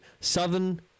Southern